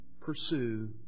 pursue